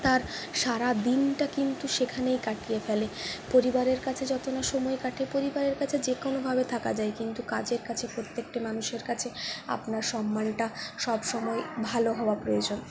তার সারাদিনটা কিন্তু সেখানেই কাটিয়ে ফেলে পরিবারের কাছে যত না সময় কাটে পরিবারের কাছে যে কোনোভাবে থাকা যায় কিন্তু কাজের কাছে প্রত্যেকটি মানুষের কাছে আপনার সম্মানটা সবসময় ভালো হওয়া প্রয়োজন